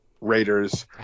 Raiders